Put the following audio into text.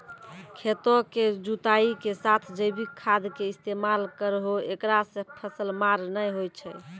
खेतों के जुताई के साथ जैविक खाद के इस्तेमाल करहो ऐकरा से फसल मार नैय होय छै?